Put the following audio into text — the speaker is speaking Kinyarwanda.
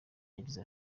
yagize